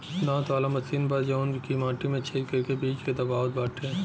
दांत वाला मशीन बा जवन की माटी में छेद करके बीज के दबावत बाटे